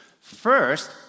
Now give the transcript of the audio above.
First